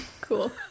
cool